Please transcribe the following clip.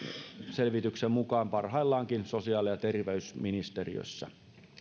selvityksen mukaan parhaillaankin sosiaali ja terveysministeriössä